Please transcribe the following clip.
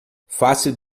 fácil